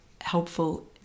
helpful